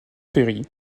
perry